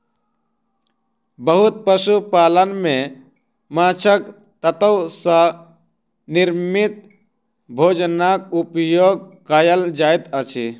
बहुत पशु पालन में माँछक तत्व सॅ निर्मित भोजनक उपयोग कयल जाइत अछि